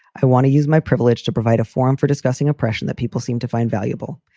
i want to use my privilege to provide a forum for discussing oppression that people seem to find valuable.